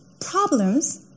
problems